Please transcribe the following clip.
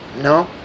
No